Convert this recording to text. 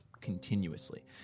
continuously